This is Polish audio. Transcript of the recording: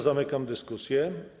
Zamykam dyskusję.